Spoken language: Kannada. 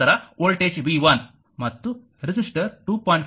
ತದನಂತರ ಇಲ್ಲಿ ವೋಲ್ಟೇಜ್ v1 ಮತ್ತು ರೆಸಿಸ್ಟರ್ 2